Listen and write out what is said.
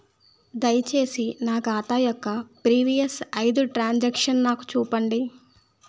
దయచేసి నా ఖాతా యొక్క ప్రీవియస్ ఐదు ట్రాన్ సాంక్షన్ నాకు చూపండి